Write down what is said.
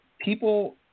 people